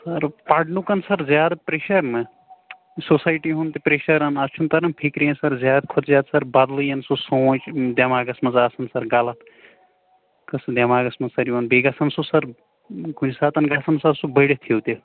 سَر پَرنُک سَر زیادٕ پرٛیشیٚر نہٕ سوسایِٹی ہُنٛد تہِ پرٛیشیٚرن اَتھ چھُنہٕ تَران فِکری سَر زیادٕ کھۄتہٕ زیادٕ بَدلٕے سُہ سونٛچ دٮ۪ماغس منٛز آسان سَر غلط گَژھان دٮ۪ماغس منٛز سَر بیٚیہِ یِوان بیٚیہِ گَژھان سُہ سَر کُنہِ ساتہٕ گژھان سَر سُہ بٔڈِتھ ہیٛوٗ تہِ